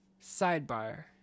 Sidebar